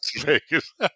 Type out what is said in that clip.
Vegas